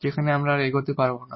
যেখানে আমরা আর এগোতে পারব না